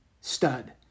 stud